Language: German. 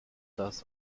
das